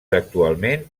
actualment